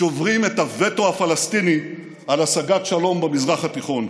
שוברים את הווטו הפלסטיני על השגת שלום במזרח התיכון.